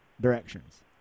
directions